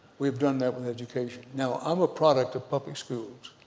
we've done that with education. now, i'm a product of public schools,